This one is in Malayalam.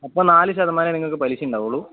അപ്പോൾ നാല് ശതമാനമേ നിങ്ങൾക്ക് പലിശ ഉണ്ടാവുള്ളൂ